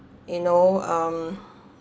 you know um